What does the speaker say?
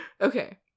okay